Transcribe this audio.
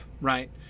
right